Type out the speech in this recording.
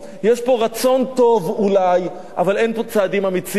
יש פה רצון טוב אולי, אבל אין פה צעדים אמיצים.